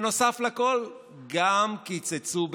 נוסף על הכול קיצצו בתקציבן.